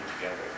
together